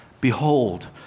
Behold